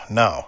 no